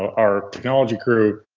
our technology crew,